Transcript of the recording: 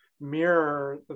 mirror